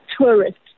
tourists